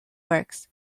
works